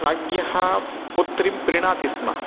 राज्ञः पुत्रीं प्रीणाति स्म